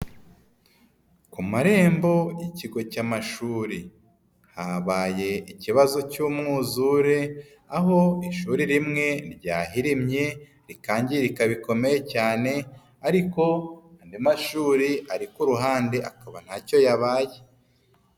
Ku marembo y'ikigo cy'amashuri habaye ikibazo cy'umwuzure aho ishuri rimwe ryahirimye rikangirika bikomeye cyane ariko andi mashuri ari ku ruhande akaba ntacyo yabaye.